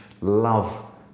love